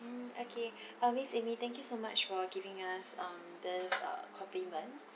mm okay uh miss amy thank you so much for giving us um this uh compliment